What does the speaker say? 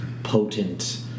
Potent